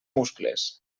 muscles